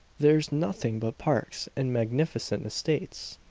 there's nothing but parks and magnificent estates.